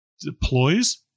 deploys